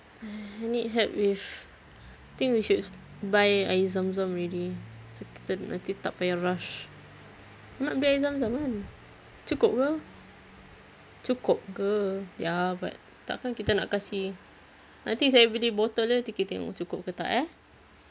I need help with I think we should s~ buy air zamzam already so kita t~ p~ nanti tak payah rush nak beli air zamzam kan cukup ke cukup ke ya but tak kan kita nak kasi nanti saya beli bottle dia nanti kita tengok cukup ke tak eh